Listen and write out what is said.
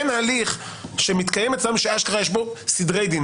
אין הליך שמתקיים אצלכם שאשכרה יש בו סדרי דין,